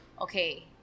okay